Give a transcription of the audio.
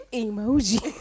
emoji